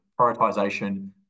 prioritization